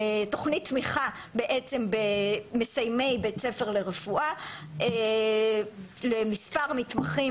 תוכנית תמיכה בעצם במסיימי בית ספר לרפואה למספר מתמחים